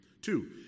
Two